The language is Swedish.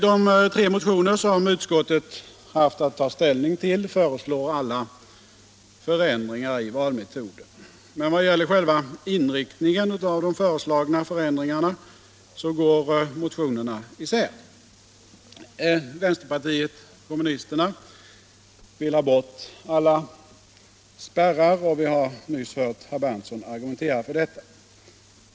De tre motioner som utskottet haft att ta ställning till föreslår ändringar i valmetoden, men vad beträffar själva inriktningen av de föreslagna förändringarna går motionerna isär. Vänsterpartiet kommunisterna vill ha bort alla spärrar — vi har nyss hört herr Berndtson argumentera för detta.